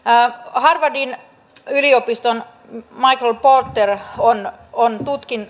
harvardin yliopiston michael porter on on